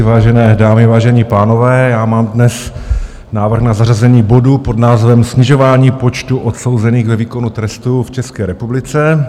Vážené dámy, vážení pánové, mám dnes návrh na zařazení bodu pod názvem Snižování počtu odsouzených ve výkonu trestu v České republice.